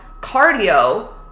cardio